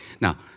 Now